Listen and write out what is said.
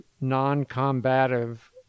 non-combative